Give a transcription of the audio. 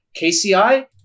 KCI